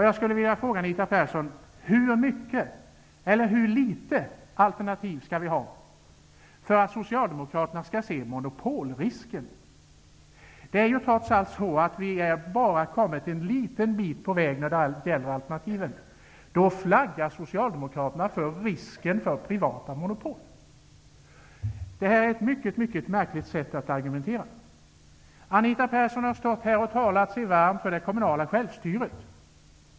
Jag skulle vilja fråga Anita Persson: Hur många eller hur få alternativ behövs det för att Socialdemokraterna skall se monopolrisken? Vi har ju bara kommit en liten bit på väg när det gäller alternativen. Då flaggar Socialdemokraterna för risken för privata monopol. Det här är ett mycket märkligt sätt att argumentera. Anita Persson har stått här i talarstolen och talat sig varm för det kommunala självstyret.